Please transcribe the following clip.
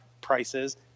prices